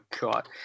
god